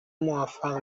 موفق